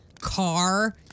car